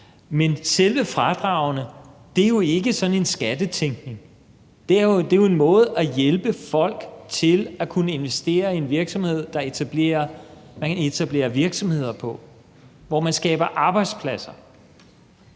Men selve fradragene er jo ikke sådan en skattetænkning. Det er en måde at hjælpe folk til at kunne investere i en virksomhed og at etablere virksomheder på. Man skaber arbejdspladser.